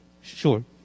Sure